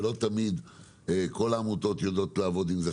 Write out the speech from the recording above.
ולא תמיד כל העמותות יודעות לעבוד עם זה.